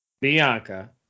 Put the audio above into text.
Bianca